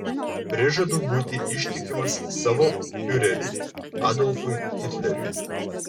prižadu būti ištikimas savo fiureriui adolfui hitleriui